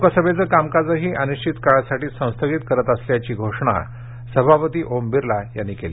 लोकसभेच कामकाजही अनिश्चित काळासाठी संस्थगित करत असल्याची घोषणा सभापती ओम बिर्ला यांनी केली